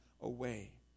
away